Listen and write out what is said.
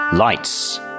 Lights